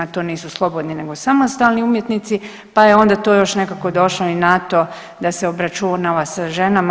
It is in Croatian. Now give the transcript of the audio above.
To nisu slobodni, nego samostalni umjetnici, pa je onda to još nekako došlo i na to da se obračunava sa ženama.